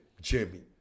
Jimmy